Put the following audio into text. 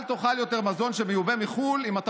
אל תאכל יותר מזון שמיובא מחו"ל אם אתה